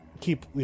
keep